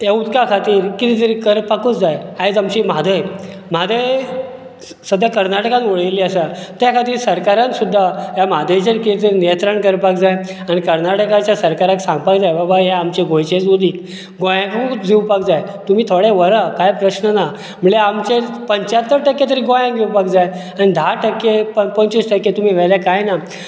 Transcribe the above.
कि ह्या उदका खातीर कितें तरी करपाकच जाय आयज आमची म्हादय म्हादय सद्द्या कर्नाटकान वळील्ली आसा ते खातीर सरकारान सुद्दां ह्या म्हादयचेर किते तरी नियंत्रण करपाक जाय आनी कर्नाटकाच्या सरकाराक सांगपाक जाय बाबा हे आमचें गोंयचेच उदीक गोयांकूच येवपाक जाय तुमी थोडे व्हरा कांय प्रस्न ना म्हणल्यार आमचें पंच्चात्तर टक्के तरी गोयांत येवपाक जाय धा टक्के पंचवीस टक्के तुमी व्हेल्यार काय ना